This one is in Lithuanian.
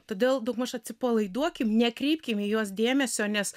todėl daugmaž atsipalaiduokim nekreipkim į juos dėmesio nes